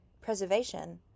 Preservation